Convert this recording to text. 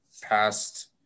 past